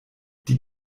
die